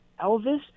Elvis